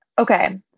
Okay